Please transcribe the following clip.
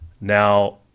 Now –